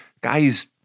Guy's